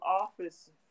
office